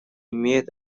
имеет